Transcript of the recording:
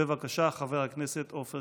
בבקשה, חבר הכנסת עופר